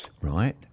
Right